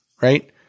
right